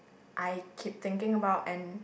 I keep thinking about and